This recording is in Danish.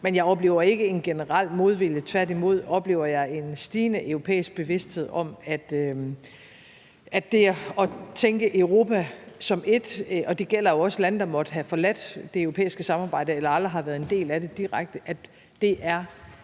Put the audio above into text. Men jeg oplever ikke en generel modvilje. Tværtimod oplever jeg en stigende europæisk bevidsthed om, at det at tænke Europa som ét – og det gælder jo også lande, der måtte have forladt det europæiske samarbejde eller aldrig har været en del af det direkte – er